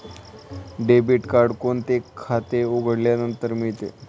Debit card कोणते खाते उघडल्यानंतर मिळते?